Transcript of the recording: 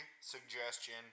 suggestion